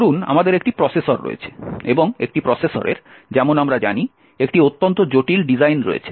ধরুন আমাদের একটি প্রসেসর রয়েছে এবং একটি প্রসেসরের যেমন আমরা জানি একটি অত্যন্ত জটিল ডিজাইন রয়েছে